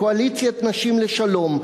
"קואליציית נשים לשלום",